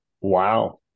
wow